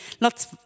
lots